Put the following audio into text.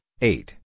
eight